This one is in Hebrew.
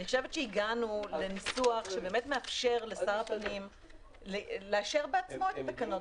אני חושבת שהגענו לניסוח שמאפשר לשר הפנים לאשר בעצמו את התקנות,